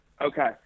Okay